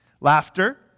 Laughter